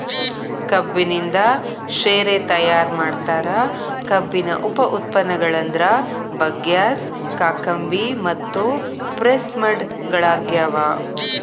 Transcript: ಕಬ್ಬಿನಿಂದ ಶೇರೆ ತಯಾರ್ ಮಾಡ್ತಾರ, ಕಬ್ಬಿನ ಉಪ ಉತ್ಪನ್ನಗಳಂದ್ರ ಬಗ್ಯಾಸ್, ಕಾಕಂಬಿ ಮತ್ತು ಪ್ರೆಸ್ಮಡ್ ಗಳಗ್ಯಾವ